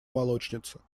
молочница